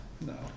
No